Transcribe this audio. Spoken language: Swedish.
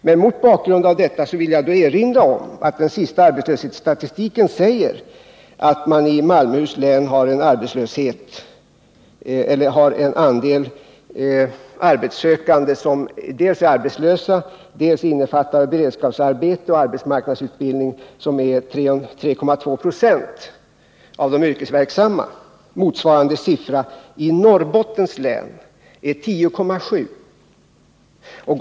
Men mot bakgrund av detta vill jag erinra om att den senaste arbetslöshetsstatistiken säger att i Malmöhus län andelen arbetssökande — dels arbetslösa, dels personer i beredskapsarbete och arbetsmarknadsutbildning — är 3,2 96 av antalet yrkesverksamma. Motsvarande tal för Norrbottens län är 10,7 90.